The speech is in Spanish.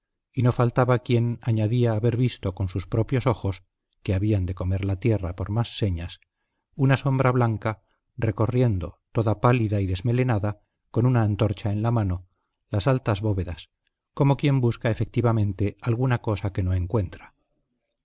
y no faltaba quien añadía haber visto con sus propios ojos que habían de comer la tierra por más señas una sombra blanca recorriendo toda pálida y desmelenada con una antorcha en la mano las altas bóvedas como quien busca efectivamente alguna cosa que no encuentra